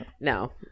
No